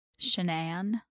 shenan